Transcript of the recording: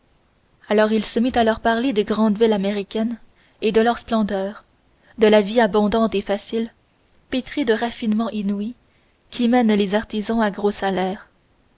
alors il se mit à leur parler des grandes villes américaines et de leurs splendeurs de la vie abondante et facile pétrie de raffinements inouïs qu'y mènent les artisans à gros salaires